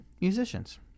musicians